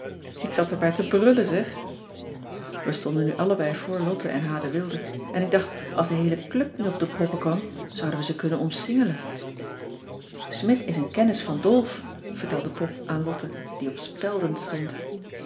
ik zat er bij te brullen zeg we stonden nu allebei voor lotte en h de wilde en ik dacht als de heele club nu op de proppen kwam zouden we ze kunnen omsingelen smidt is een kennis van dolf vertelde pop aan lotte die op spelden stond